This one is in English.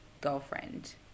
girlfriend